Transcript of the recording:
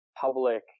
Public